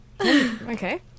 Okay